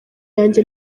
yanjye